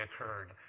occurred